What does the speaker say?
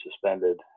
suspended